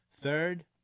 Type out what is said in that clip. Third